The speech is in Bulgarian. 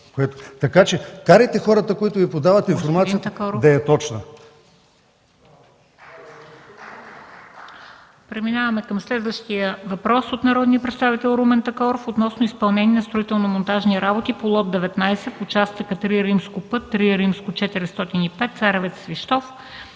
изтекло.) Карайте хората, които Ви подават информацията, да е точна.